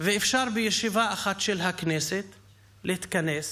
ואפשר בישיבה אחת של הכנסת להתכנס,